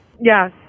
Yes